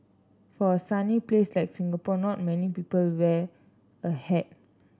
for a sunny place like Singapore not many people wear a hat